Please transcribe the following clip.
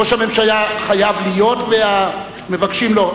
ראש הממשלה חייב להיות והמבקשים לא,